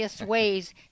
ways